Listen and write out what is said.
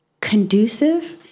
conducive